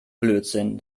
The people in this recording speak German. blödsinn